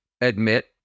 admit